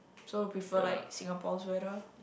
so you prefer like Singapore's weather